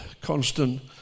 constant